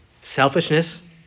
selfishness